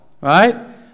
right